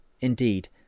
indeed